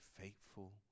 faithful